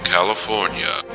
California